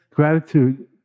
Gratitude